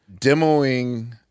demoing